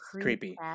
creepy